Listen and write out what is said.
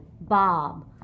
Bob